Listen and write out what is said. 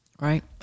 Right